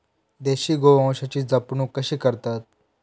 देशी गोवंशाची जपणूक कशी करतत?